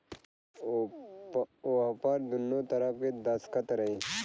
ओहपर दुन्नो तरफ़ के दस्खत रही